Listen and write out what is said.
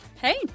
Hey